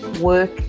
work